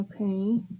Okay